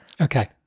Okay